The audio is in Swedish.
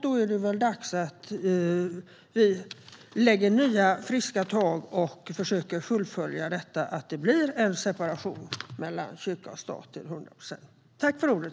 Då är det väl dags att vi tar nya friska tag och försöker fullfölja detta, så att det blir en separation mellan kyrka och stat till 100 procent.